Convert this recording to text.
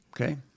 Okay